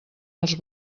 els